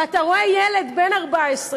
ואתה רואה ילד בן 14,